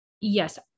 Yes